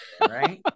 right